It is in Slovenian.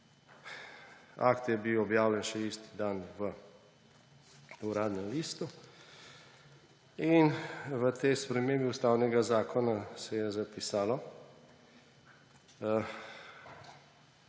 Akt je bil objavljen še isti dan v Uradnem listu. V tej spremembi ustavnega zakona se je zapisalo,